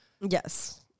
Yes